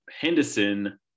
Henderson